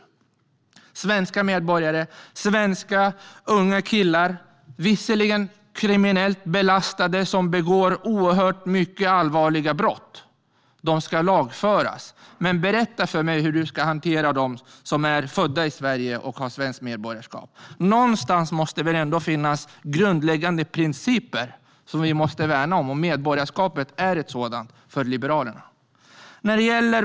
Det rör sig om svenska medborgare, unga killar, som visserligen är kriminellt belastade och begår mycket allvarliga brott. De ska lagföras. Men berätta för mig hur du ska hantera dem som är födda i Sverige och har svenskt medborgarskap. Någonstans måste det väl ändå finnas grundläggande principer som vi måste värna om. För Liberalerna är medborgarskapet en sådan.